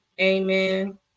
amen